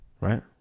Right